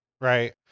Right